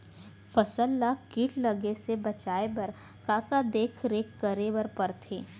फसल ला किट लगे से बचाए बर, का का देखरेख करे बर परथे?